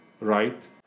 right